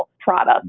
product